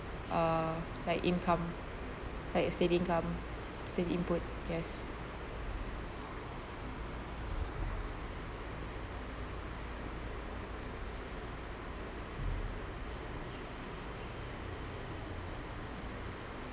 uh like income like save income save input yes